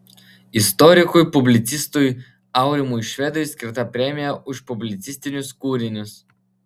istorikui publicistui aurimui švedui skirta premija už publicistinius kūrinius